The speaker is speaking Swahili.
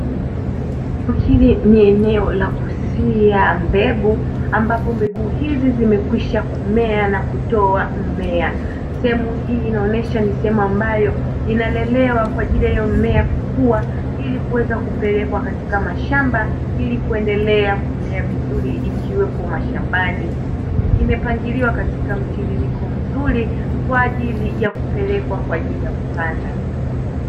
Eneo hili ni eneo la kusikia mbegu ambapo mbegu hizi zimekwisha kumea na kutoa mmea. Sehemu hii inaonyesha ni sehemu ambayo inalelewa kwa ajili ya hiyo mmea kukua, ili kuweza kupelekwa katika mashamba ili kuendelea kumea vizuri ikiwepo mashambani. Imepangiliwa katika mtiririko mzuri kwa ajili ya kupelekwa kwa ajili ya kupanda.